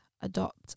adopt